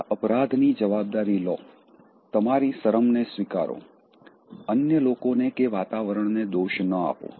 તમારા અપરાધની જવાબદારી લો તમારી શરમને સ્વીકારો અન્ય લોકોને કે વાતાવરણને દોષ ન આપો